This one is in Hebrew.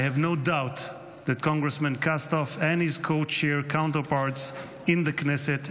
I have no doubt and his co-chair counterparts in the Knesset,